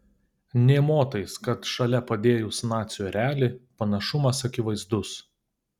nė motais kad šalia padėjus nacių erelį panašumas akivaizdus